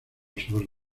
sobre